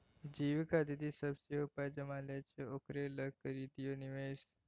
जीविका दीदी सभ सेहो पाय जमा लै छै ओकरे लग करि दियौ निवेश